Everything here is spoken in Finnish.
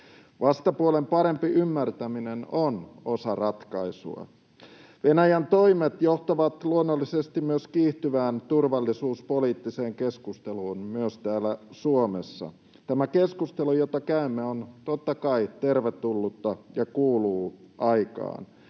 Vastapuolen parempi ymmärtäminen on osa ratkaisua. Venäjän toimet johtavat luonnollisesti myös kiihtyvään turvallisuuspoliittiseen keskusteluun myös täällä Suomessa. Tämä keskustelu, jota käymme, on totta kai tervetullutta ja kuuluu aikaan.